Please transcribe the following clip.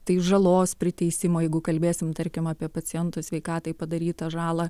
tai žalos priteisimo jeigu kalbėsim tarkim apie paciento sveikatai padarytą žalą